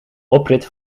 oprit